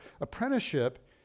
apprenticeship